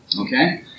Okay